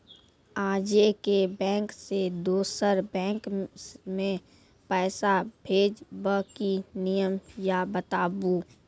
आजे के बैंक से दोसर बैंक मे पैसा भेज ब की नियम या बताबू?